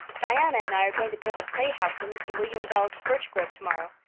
diana and i are going to build a playhouse in mr. william bell's birch grove tomorrow.